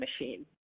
machine